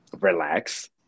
relax